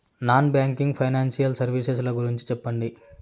Non banking financial services ల గురించి సెప్పండి?